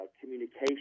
communication